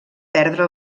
perdre